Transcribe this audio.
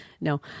no